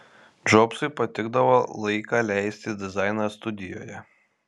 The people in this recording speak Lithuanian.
džobsui patikdavo laiką leisti dizaino studijoje